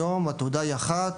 היום התעודה היא אחת,